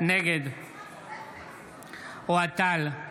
נגד אוהד טל,